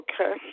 Okay